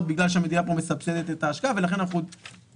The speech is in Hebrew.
בגלל שהמדינה פה מסבסדת את ההשקעה ולכן אנחנו נדבר